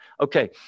Okay